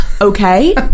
okay